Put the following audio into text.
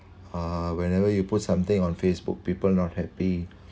uh whenever you put something on Facebook people not happy